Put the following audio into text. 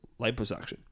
liposuction